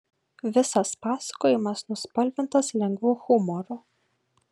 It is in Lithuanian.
visas pasakojimas nuspalvintas lengvu humoru